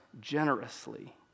generously